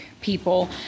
people